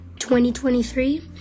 2023